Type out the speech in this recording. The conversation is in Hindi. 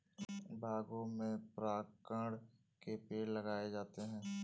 बागों में परागकण के पेड़ लगाए जाते हैं